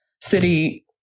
city